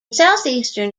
southeastern